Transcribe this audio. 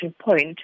point